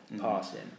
passing